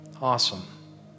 Awesome